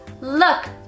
Look